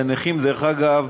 אלה נכים, דרך אגב,